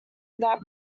without